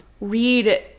read